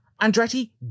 Andretti